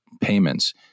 payments